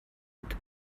mit